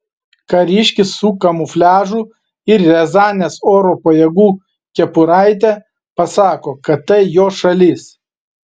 kariškis su kamufliažu ir riazanės oro pajėgų kepuraite pasako kad tai jo šalis